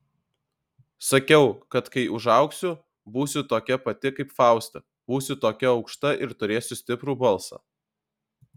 sakiau kad kai užaugsiu būsiu tokia pati kaip fausta būsiu tokia aukšta ir turėsiu stiprų balsą